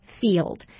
field